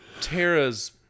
Tara's